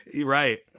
right